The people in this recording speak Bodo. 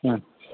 अ